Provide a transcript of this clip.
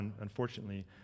unfortunately